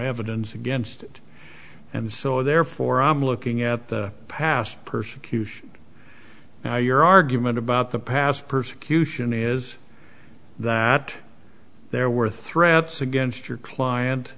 evidence against it and so therefore i'm looking at the past persecution now your argument about the past persecution is that there were threats against your client